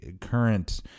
current